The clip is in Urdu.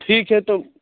ٹھیک ہے تب